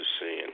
seeing